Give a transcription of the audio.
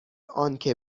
آنکه